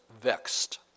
vexed